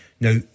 Now